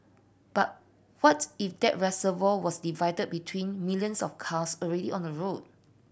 but what if that reservoir was divided between millions of cars already on the road